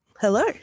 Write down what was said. Hello